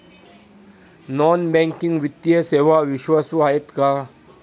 Non banking वित्तीय सेवा विश्वासू आहेत का?